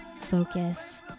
focus